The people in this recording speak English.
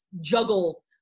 juggle